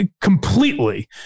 completely